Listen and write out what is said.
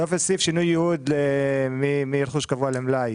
שינוי יעוד מרכוש קבוע למלאי.